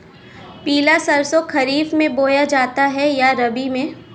पिला सरसो खरीफ में बोया जाता है या रबी में?